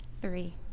Three